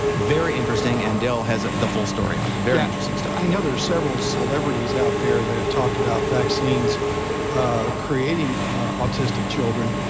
very interesting, and del has ah the full story on it, very interesting stuff. i know there's several celebrities out there that have talked about vaccines creating autistic children,